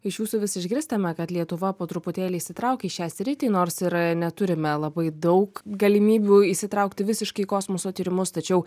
iš jūsų vis išgirstame kad lietuva po truputėlį įsitraukia į šią sritį nors ir neturime labai daug galimybių įsitraukti visiškai į kosmoso tyrimus tačiau